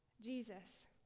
Jesus